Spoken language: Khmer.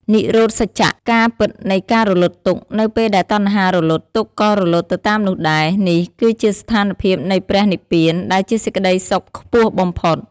និរោធសច្ចៈ ការពិតនៃការរលត់ទុក្ខ នៅពេលដែលតណ្ហារលត់ ទុក្ខក៏រលត់ទៅតាមនោះដែរ នេះគឺជាស្ថានភាពនៃព្រះនិព្វាន ដែលជាសេចក្តីសុខខ្ពស់បំផុត។